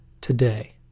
today